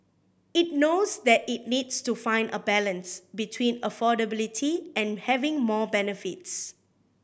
it knows that it needs to find a balance between affordability and having more benefits